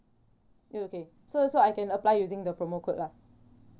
okay okay so so I can apply using the promo code lah